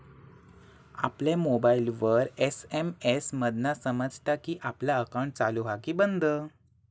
आपल्या मोबाईलवर एस.एम.एस मधना समजता कि आपला अकाउंट चालू हा कि बंद